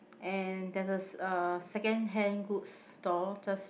and there's a uh second hand goods store just